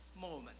moment